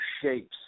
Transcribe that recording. shapes